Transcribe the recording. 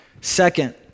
Second